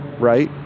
right